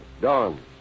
Dawn